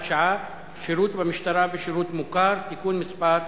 שעה) (שירות במשטרה ושירות מוכר) (תיקון מס'